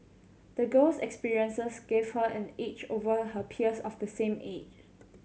the girl's experiences gave her an edge over her peers of the same age